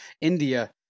India